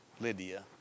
Lydia